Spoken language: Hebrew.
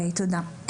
תודה.